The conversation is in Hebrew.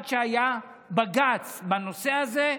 עד שהיה בג"ץ בנושא הזה,